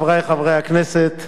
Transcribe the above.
חברי חברי הכנסת,